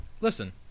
listen